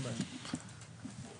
מסדרון